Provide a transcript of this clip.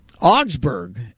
Augsburg